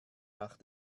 nach